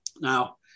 now